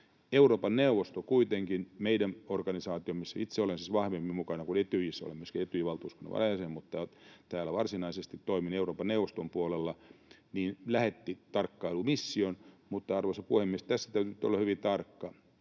Euroopan neuvosto kuitenkin — organisaatio, missä itse olen siis vahvemmin mukana kuin Etyjissä, eli olen myöskin Etyj-valtuuskunnan varajäsen mutta varsinaisesti toimin Euroopan neuvoston puolella — lähetti tarkkailumission, mutta, arvoisa puhemies, tässä täytyy nyt olla hyvin tarkka: